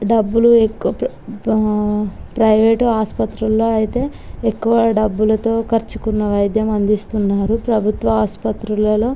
డబ్బులు ఎక్కువ ప్రై ప్రైవేటు ఆస్పత్రుల్లో అయితే ఎక్కువ డబ్బులతో కర్చుకున్న వైద్యం అందిస్తున్నారు ప్రభుత్వ ఆస్పత్రులలో